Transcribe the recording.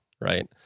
right